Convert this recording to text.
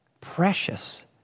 precious